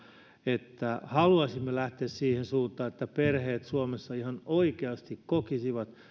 että haluaisimme lähteä siihen suuntaan että perheet suomessa ihan oikeasti kokisivat